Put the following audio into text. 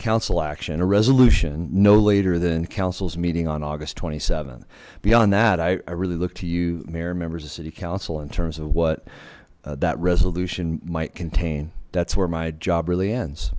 council action a resolution no later than council's meeting on august twenty seven beyond that i really looked to you mayor members of city council in terms of what that resolution might contain that's where my job really ends